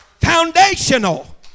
foundational